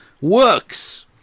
works